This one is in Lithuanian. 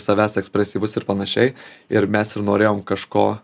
savęs ekspresyvus ir panašiai ir mes ir norėjom kažko